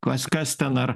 kas kas ten ar